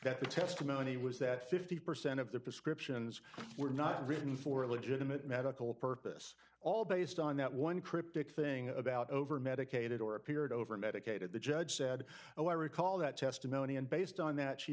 on the testimony was that fifty percent of the prescriptions were not written for a legitimate medical purpose all based on that one cryptic thing about over medicated or appeared over medicated the judge said oh i recall that testimony and based on that she